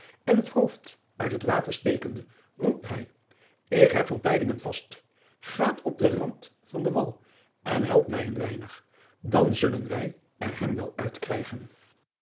en het hoofd uit het water stekende roept hij k heb vast gaat op den rand van den wal en helpt mij een weinig dan zullen wij er hem wel